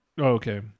Okay